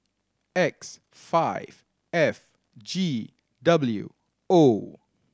X five F G W O